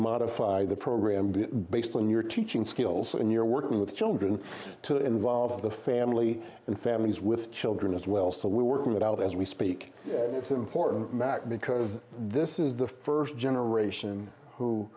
modify the program be based on your teaching skills and you're working with children to involve the family and families with children as well so we're working that out as we speak it's important back because this is the first generation who